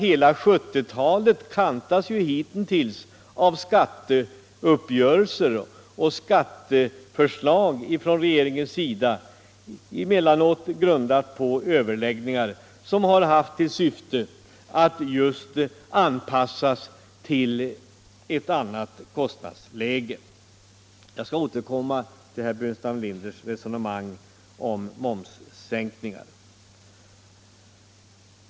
Hela 1970-talet hitintills har kantats av skattereformer, emellanåt politiken grundade på överläggningar som just haft till syfte att anpassa skattesystemet till det aktuella kostnadsläget. Jag skall återkomma till herr Burenstam Linders resonemang om momssänkningar.